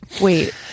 Wait